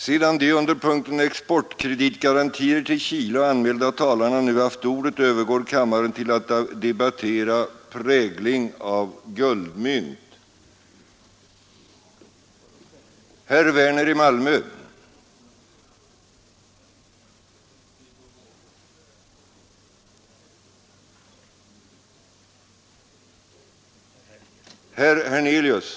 Sedan de under punkten ”Kungl. Maj:ts praxis i naturalisationsärenden” anmälda talarna nu haft ordet övergår kammaren till att debattera ”Riksdagens skrivelser till Kungl. Maj:t”.